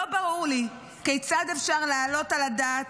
לא ברור לי כיצד אפשר להעלות על הדעת